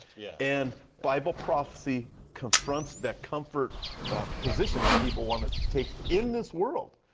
yeah. and bible prophecy confronts that comfort position that people want to take in this world.